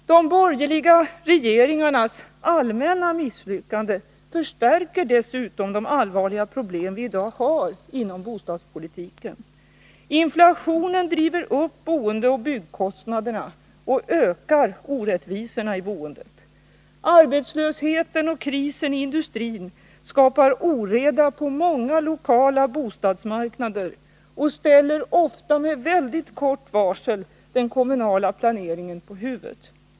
De borgerliga regeringarnas allmänna misslyckande förstärker dessutom de allvarliga problem vi i dag har inom bostadspolitiken. Inflationen driver upp boendeoch byggkostnaderna och ökar orättvisorna i boendet. Arbetslösheten och krisen i industrin skapar oreda på många lokala bostadsmarknader och ställer — ofta med mycket kort varsel — den kommunala planeringen på huvudet.